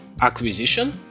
acquisition